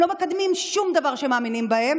הם לא מקדמים שום דבר שהם מאמינים בו.